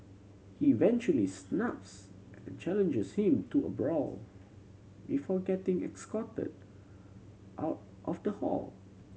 he eventually snaps and challenges him to a brawl before getting escorted out of the hall